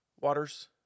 waters